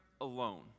alone